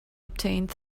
obtained